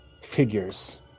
figures